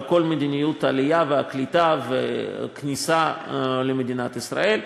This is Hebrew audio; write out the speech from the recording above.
כל מדיניות העלייה והקליטה והכניסה למדינת ישראל.